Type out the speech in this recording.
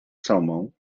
salmão